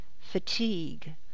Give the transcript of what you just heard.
Fatigue